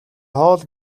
хоол